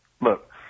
look –